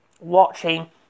Watching